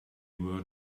were